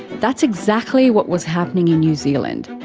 that's exactly what was happening in new zealand.